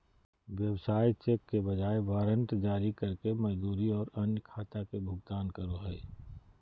व्यवसाय चेक के बजाय वारंट जारी करके मजदूरी और अन्य खाता के भुगतान करो हइ